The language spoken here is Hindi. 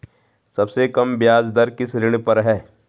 सबसे कम ब्याज दर किस ऋण पर है?